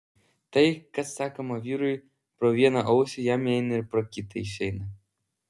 tai kas sakoma vyrui pro vieną ausį jam įeina ir pro kitą išeina